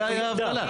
זה היה ההבדלה.